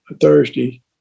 thursday